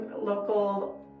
local